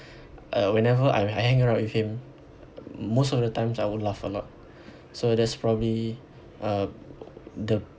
uh whenever I hang ar~ out with him most of the times I would laugh a lot so that's probably uh the